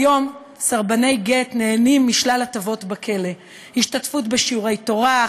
כיום סרבני גט נהנים משלל הטבות בכלא: השתתפות בשיעורי תורה,